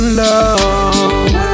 love